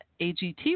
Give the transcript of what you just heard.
AGT